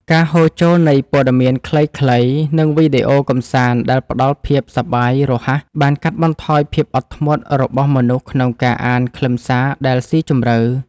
ការហូរចូលនៃព័ត៌មានខ្លីៗ និងវីដេអូកម្សាន្តដែលផ្ដល់ភាពសប្បាយរហ័ស បានកាត់បន្ថយភាពអត់ធ្មត់របស់មនុស្សក្នុងការអានខ្លឹមសារដែលស៊ីជម្រៅ។